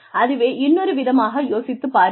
அதுவே இன்னொரு விதமாக யோசித்துப் பாருங்கள்